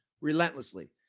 relentlessly